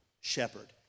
shepherd